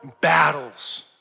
battles